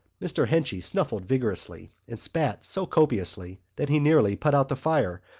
mr. henchy snuffled vigorously and spat so copiously that he nearly put out the fire,